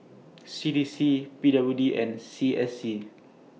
C D C P W D and C S C